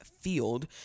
field